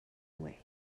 away